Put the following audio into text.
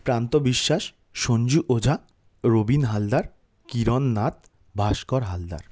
প্রান্ত বিশ্বাস সঞ্জু ওঝা রবীন হালদার কিরণ নাথ ভাস্কর হালদার